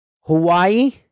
Hawaii